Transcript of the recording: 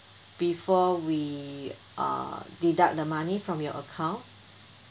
before we uh deduct the money from your account